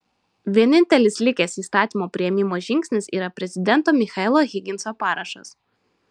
vienintelis likęs įstatymo priėmimo žingsnis yra prezidento michaelo higginso parašas